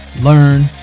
learn